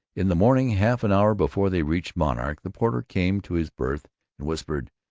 in the morning, half an hour before they reached monarch, the porter came to his berth and whispered,